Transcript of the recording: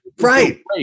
Right